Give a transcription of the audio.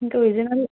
ఇంకా విజయనగరం